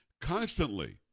constantly